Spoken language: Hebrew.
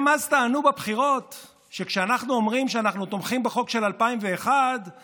הם מוכיחים לנו שאין גבול ושעדיין לא ראינו הכול.